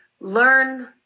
learn